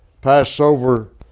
Passover